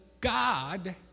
God